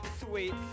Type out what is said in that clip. sweet